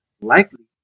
likely